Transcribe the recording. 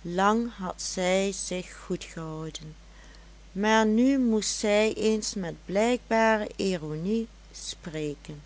lang had zij zich goed gehouden maar nu moest zij eens met blijkbare ironie spreken